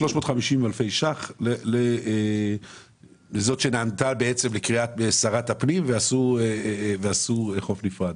350 אלפי שקלים לזאת שנענתה לקריאת שרת הפנים ועשתה חוף נפרד.